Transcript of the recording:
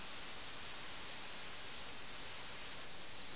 അവർ രണ്ടുപേരും പോരാടി മാരകമായി മുറിവേറ്റു വേദനയോടെ പുളഞ്ഞു മരിച്ചു